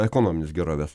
ekonominės gerovės